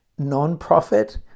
nonprofit